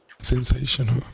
Sensational